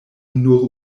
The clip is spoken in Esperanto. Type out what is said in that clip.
nur